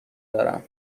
دارم